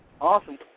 Awesome